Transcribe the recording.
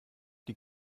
die